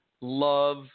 love